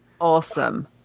awesome